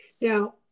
Now